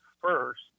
first